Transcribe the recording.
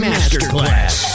Masterclass